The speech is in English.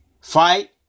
Fight